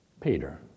Peter